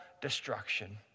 destruction